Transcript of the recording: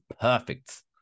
perfect